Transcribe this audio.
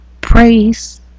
Praise